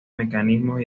mecanismos